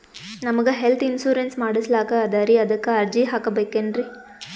ನಮಗ health insurance ಮಾಡಸ್ಲಾಕ ಅದರಿ ಅದಕ್ಕ ಅರ್ಜಿ ಹಾಕಬಕೇನ್ರಿ?